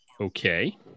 Okay